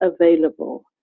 available